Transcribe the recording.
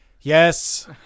Yes